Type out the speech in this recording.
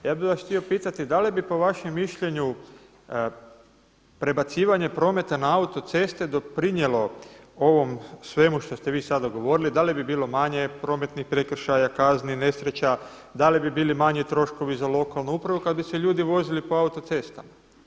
Ja bih vas htio pitati da li bi po vašem mišljenju prebacivanje prometa na autoceste doprinijelo ovom svemu što ste vi sada govorili, da li bi bilo manje prometnih prekršaja, kazni, nesreća, da li bi bili manji troškovi za lokalnu upravu kada bi se ljudi vozili po autocestama?